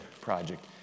project